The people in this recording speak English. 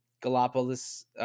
Galapagos